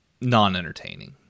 non-entertaining